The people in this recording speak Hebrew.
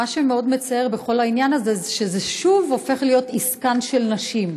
מה שמאוד מצער בכל העניין הזה שזה שוב הופך להיות עסקן של נשים,